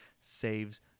saves